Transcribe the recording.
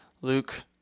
Luke